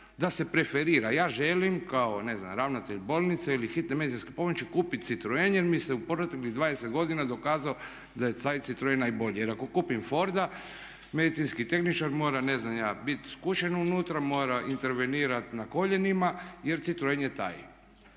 da se preferira ja želim kao ne znam ravnatelj bolnice ili hitne medicinske pomoći kupit citroen jer mi se u proteklih 20 godina dokazao da je taj citroen najbolji. Jer ako kupim forda medicinski tehničar mora ne znam biti skučen unutra, mora intervenirat na koljenima jer citroen je taj.